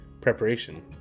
Preparation